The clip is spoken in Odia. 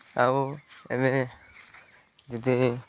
ଆଉ ଏବେ ଯଦି